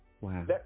Wow